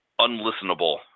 unlistenable